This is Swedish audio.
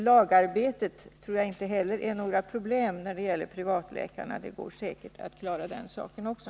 Lagarbetet tror jag inte heller är några problem när det gäller privatläkarna. Det går säkert att klara den saken också.